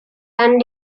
and